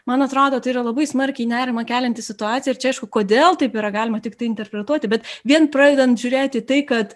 man atrodo tai yra labai smarkiai nerimą kelianti situacija ir čia aišku kodėl taip yra galima tiktai interpretuoti bet vien pradedant žiūrėti tai kad